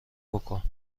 بکن